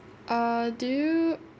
err do you